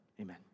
Amen